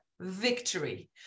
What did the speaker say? victory